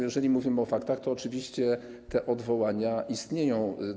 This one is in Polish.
Jeżeli mówimy o faktach, to oczywiście te odwołania istnieją.